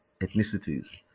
ethnicities